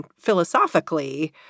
philosophically